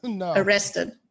arrested